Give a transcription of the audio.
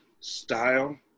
style